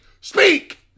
speak